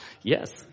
Yes